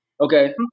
Okay